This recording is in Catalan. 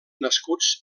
nascuts